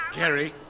Gary